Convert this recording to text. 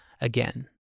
again